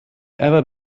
ever